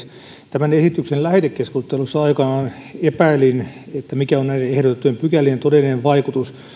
tämän esityksen lähetekeskustelussa aikanaan epäilin että mikä on näiden ehdotettujen pykälien todellinen vaikutus